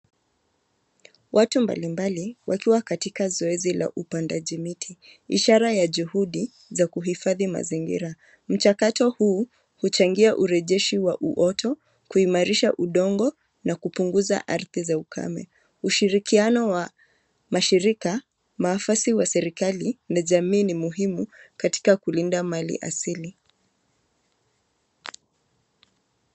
Watu mbali mbali wakiwa katika zoezi la upandaji miti. Ishara ya juhudi za kuifadhi mazingira, mchakato huu huchangia urejeshi wa uoto, kuimarisha udongo na kupunguza ardhi za ukame. Ushirikiano wa mashirika, maafisa wa serikali na jamii ni muhimu katika kulinda mali asili.